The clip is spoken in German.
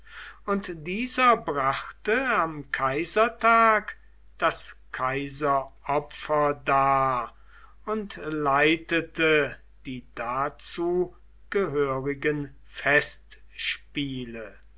und dieser brachte am kaisertag das kaiseropfer dar und leitete die dazu gehörigen festspiele